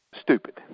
stupid